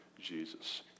Jesus